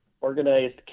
organized